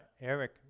Eric